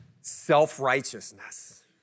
self-righteousness